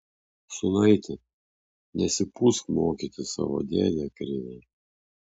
sūnaiti nesipūsk mokyti savo dėdę krivę